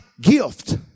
gift